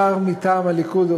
שר מטעם הליכוד,